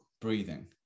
breathing